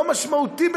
לא משמעותיים,